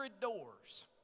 doors